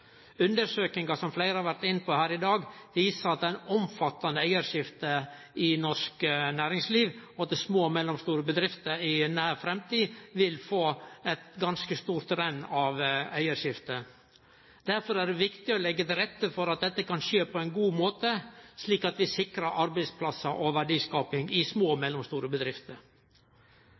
Undersøkingar som fleire har vore inne på her i dag, viser omfattande eigarskifte i norsk næringsliv og at små og mellomstore bedrifter i nær framtid vil få eit ganske stort renn av eigarskifte. Derfor er det viktig å leggje til rette for at dette kan skje på ein god måte, slik at vi sikrar arbeidsplassar og verdiskaping i små og mellomstore bedrifter.